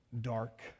dark